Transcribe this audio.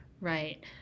Right